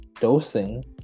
dosing